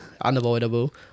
unavoidable